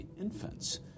infants